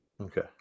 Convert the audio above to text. Okay